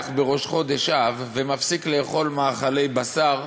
בראש חודש אב ומפסיק לאכול מאכלי בשר,